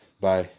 Bye